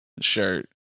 shirt